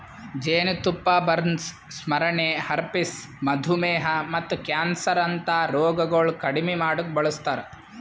ಜೇನತುಪ್ಪ ಬರ್ನ್ಸ್, ಸ್ಮರಣೆ, ಹರ್ಪಿಸ್, ಮಧುಮೇಹ ಮತ್ತ ಕ್ಯಾನ್ಸರ್ ಅಂತಾ ರೋಗಗೊಳ್ ಕಡಿಮಿ ಮಾಡುಕ್ ಬಳಸ್ತಾರ್